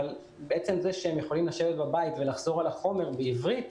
אבל בעצם זה שהם יכולים לשבת בבית ולחזור על החומר בעברית,